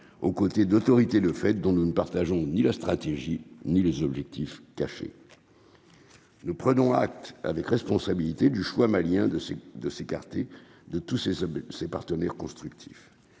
aux côtés d'autorité le fait dont nous ne partageons ni la stratégie ni les objectifs cachés, nous prenons acte avec responsabilité du choix malien de c'est de s'écarter de tous ces hommes ses partenaires constructifs,